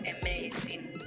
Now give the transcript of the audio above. amazing